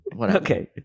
Okay